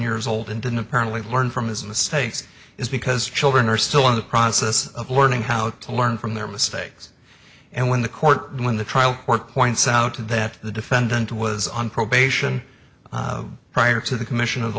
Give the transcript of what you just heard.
years old and didn't apparently learn from his mistakes is because children are still in the process of learning how to learn from their mistakes and when the court when the trial court points out that the defendant was on probation prior to the commission of